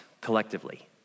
collectively